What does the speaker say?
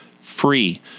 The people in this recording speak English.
free